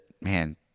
man